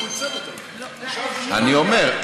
אני אומר,